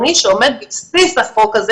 אדוני, כמה אתה מנחש שיש מאחורי בתי האב האלה?